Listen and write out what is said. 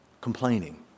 Complaining